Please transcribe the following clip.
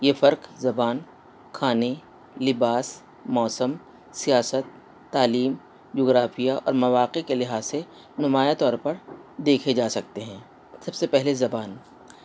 یہ فرق زبان کھانے لباس موسم سیاست تعلیم جغرافیہ اور مواقع کے لحاظ سے نمایاں طور پر دیکھے جا سکتے ہیں سب سے پہلے زبان